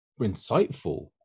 insightful